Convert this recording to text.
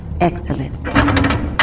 Excellent